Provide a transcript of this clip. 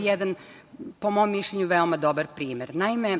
jedan, po mom mišljenju, veoma dobar primer. Naime,